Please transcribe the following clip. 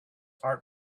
heart